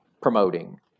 promoting